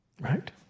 Right